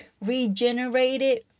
regenerated